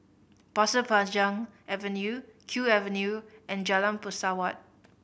Pasir Panjang Avenue Kew Avenue and Jalan Pesawat